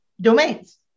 domains